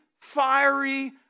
fiery